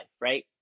right